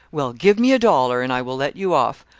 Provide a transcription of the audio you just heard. well, give me a dollar, and i will let you off.